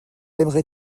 aimerait